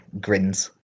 grins